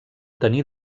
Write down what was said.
tenir